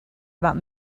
about